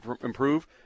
improve